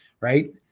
right